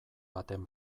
baten